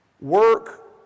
work